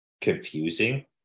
confusing